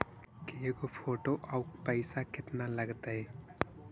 के गो फोटो औ पैसा केतना लगतै?